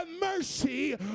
mercy